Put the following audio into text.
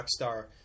Rockstar